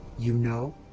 you know,